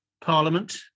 Parliament